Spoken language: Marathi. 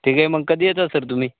ठीक आहे मग कधा येता सर तुम्ही